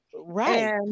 Right